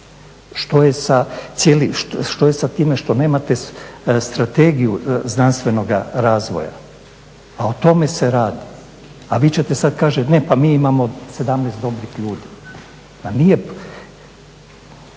što je sa time što nemate strategiju znanstvenoga razvoja a o tome se radi. A vi ćete sad kaže, ne pa mi imao 17 dobrih ljudi. Nije